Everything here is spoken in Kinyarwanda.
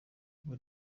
akaba